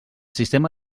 sistema